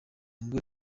ngo